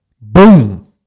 Boom